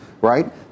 right